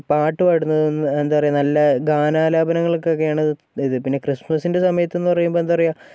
പാട്ട് പാടുന്നത് എന്താ പറയുക നല്ല ഗാനാലാപനങ്ങൾക്ക് ഒക്കെയാണ് ഇത് ഇത് പിന്നെ ക്രിസ്മസിൻ്റെ സമയത്ത് എന്നു പറയുമ്പോൾ എന്താ പറയുക